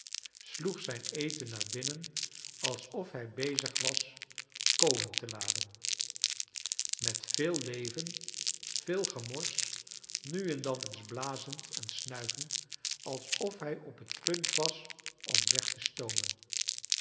sloeg zijn eten naar binnen alsof hij bezig was kolen te laden met veel leven veel gemors nu en dan eens blazend en snuivend alsof hij op het punt was m weg te stoomen